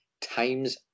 Times